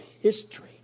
history